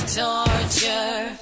torture